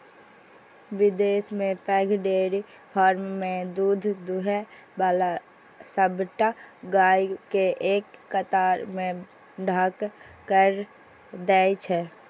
विदेश मे पैघ डेयरी फार्म मे दूध दुहै बला सबटा गाय कें एक कतार मे ठाढ़ कैर दै छै